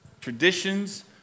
traditions